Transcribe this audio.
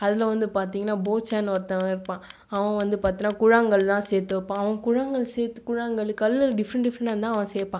அதில் வந்து பார்த்தீங்கன்னா போச்சானு ஒருவன் இருப்பான் அவன் வந்து பார்த்தோம் என்றால் கூழாங்கல் எல்லாம் சேர்த்து வைப்பான் அவன் கூழாங்கல் சேர்த்து கூழாங்கல் கல் டிஃப்ரெண்ட் டிஃப்ரெண்ட்டாக தான் அவன் சேர்ப்பான்